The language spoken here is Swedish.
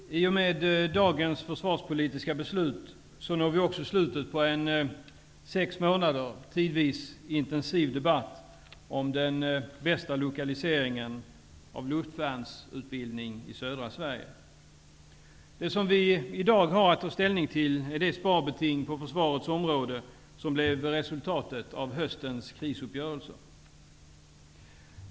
Herr talman! I och med dagens försvarspolitiska beslut når vi slutet på en sex månader lång, och tidvis intensiv, debatt om den bästa lokaliseringen av luftvärnsutbildningen i södra Sverige. Det som vi i dag har att ta ställning till är det sparbeting på försvarets område som blev resultatet av höstens krisuppgörelser.